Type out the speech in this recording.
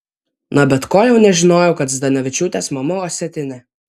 na bet ko jau nežinojau kad zdanavičiūtės mama osetinė